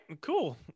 cool